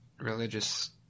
religious